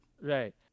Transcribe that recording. Right